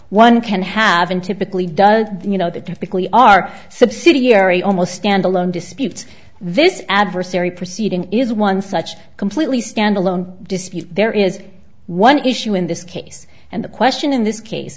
one can have and typically does you know that typically are subsidiary almost standalone disputes this adversary proceeding is one such completely standalone dispute there is one issue in this case and the question in this case